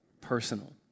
personal